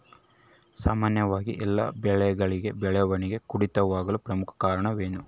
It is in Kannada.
ಸಾಮಾನ್ಯವಾಗಿ ಎಲ್ಲ ಬೆಳೆಗಳಲ್ಲಿ ಬೆಳವಣಿಗೆ ಕುಂಠಿತವಾಗಲು ಪ್ರಮುಖ ಕಾರಣವೇನು?